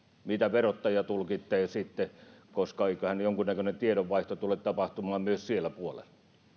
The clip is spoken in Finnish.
miten verottaja tulkitsee koska eiköhän jonkunnäköinen tiedonvaihto tule tapahtumaan myös siellä puolella